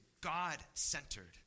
God-centered